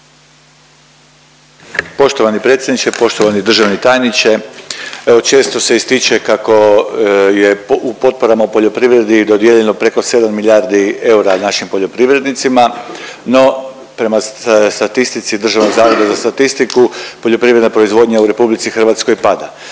Poštovani predsjedniče, poštovani državni tajniče. Evo često se ističe kako je potporama u poljoprivredni dodijeljeno preko 7 milijardi eura našim poljoprivrednicima, no prema statistici DZS-a poljoprivredna proizvodnja u RH pada.